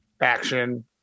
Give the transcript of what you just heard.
action